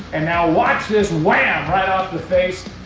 and now watch this. wham! right off the face.